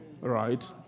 right